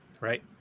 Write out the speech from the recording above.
Right